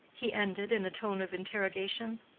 he ended, in a tone of interrogation.